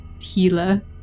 healer